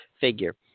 figure